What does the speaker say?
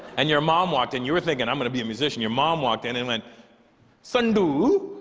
and your mom walked and you were thinking i'm going to be a musician your mom walked in and then san doo